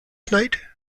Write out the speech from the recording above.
tonight